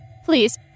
Please